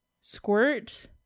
squirt